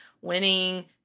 winning